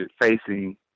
facing